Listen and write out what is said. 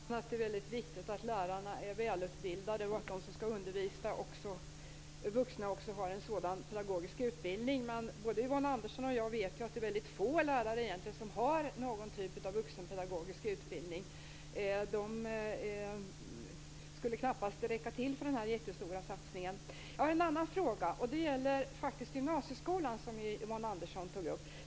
Herr talman! Jag håller med Yvonne Andersson om att det är väldigt viktigt att lärarna är välutbildade och att de som skall undervisa vuxna har en vuxenpedagogisk utbildning. Men både Yvonne Andersson och jag vet ju att det är få lärare som har någon typ av vuxenpedagogisk utbildning. De skulle knappast räcka till för denna jättestora satsning. Jag har en annan fråga, och den gäller gymnasieskolan som Yvonne Andersson tog upp.